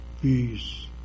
Peace